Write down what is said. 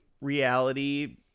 reality